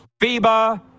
FIBA